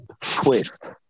twist